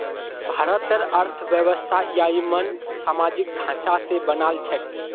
भारतेर अर्थव्यवस्था ययिंमन सामाजिक ढांचा स बनाल छेक